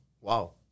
Wow